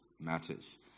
matters